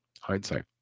Hindsight